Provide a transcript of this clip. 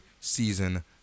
season